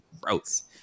gross